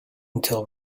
until